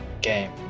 game